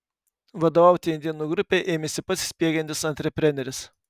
vadovauti indėnų grupei ėmėsi pats spiegiantis antrepreneris